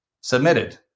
submitted